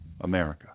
America